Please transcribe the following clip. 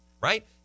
right